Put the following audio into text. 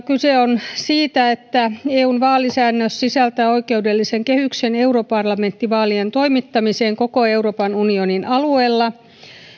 kyse on siitä että eun vaalisäädös sisältää oikeudellisen kehyksen europarlamenttivaalien toimittamiseen koko euroopan unionin alueella